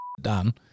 done